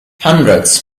hundreds